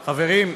חברים,